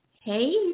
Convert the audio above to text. Hey